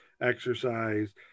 exercise